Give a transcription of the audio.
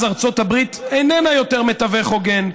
אז ארצות הברית איננה יותר מתווך הוגן.